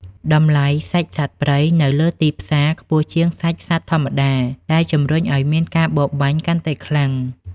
តម្លៃសាច់សត្វព្រៃនៅលើទីផ្សារខ្ពស់ជាងសាច់សត្វធម្មតា ដែលជំរុញឱ្យមានការបរបាញ់កាន់តែខ្លាំង។